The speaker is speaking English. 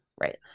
right